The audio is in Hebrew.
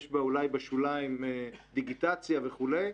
יש בה אולי בשוליים דיגיטציה וכולי.